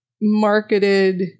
marketed